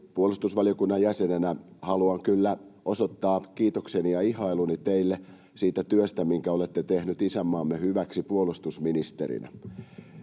puolustusvaliokunnan jäsenenä haluan kyllä osoittaa kiitokseni ja ihailuni teille siitä työstä, minkä olette tehnyt isänmaamme hyväksi puolustusministerinä.